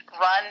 run